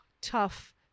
tough